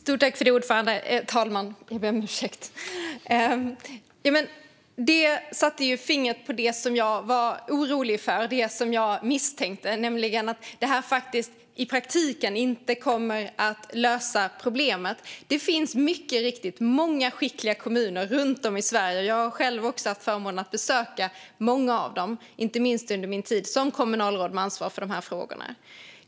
Fru talman! Det där satte fingret på det som jag var orolig för och det som jag misstänkte, nämligen att detta i praktiken inte kommer att lösa problemet. Det finns mycket riktigt många skickliga kommuner runt om i Sverige. Jag har själv haft förmånen att besöka många av dem, inte minst under min tid som kommunalråd med ansvar för de här frågorna.